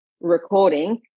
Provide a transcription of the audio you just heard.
recording